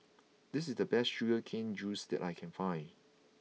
this is the best Sugar Cane Juice that I can find